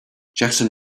jackson